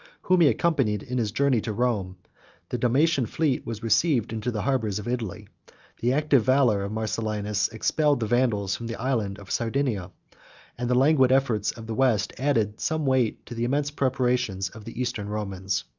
whom he accompanied in his journey to rome the dalmatian fleet was received into the harbors of italy the active valor of marcellinus expelled the vandals from the island of sardinia and the languid efforts of the west added some weight to the immense preparations of the eastern romans.